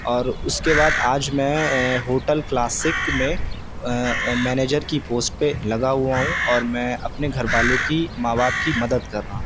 اور اس کے بعد آج میں ہوٹل کلاسک میں مینیجر کی پوسٹ پہ لگا ہوا ہوں اور میں اپنے گھر والوں کی ماں باپ کی مدد کر رہا ہوں